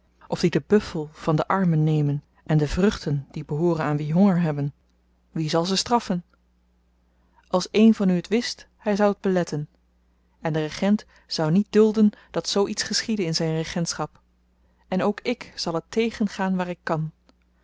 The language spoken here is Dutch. of die den buffel van den arme nemen en de vruchten die behooren aan wie honger hebben wie zal ze straffen als een van u het wist hy zou t beletten en de regent zou niet dulden dat zoo iets geschiedde in zyn regentschap en ook ik zal het tegengaan waar ik kan